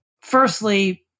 firstly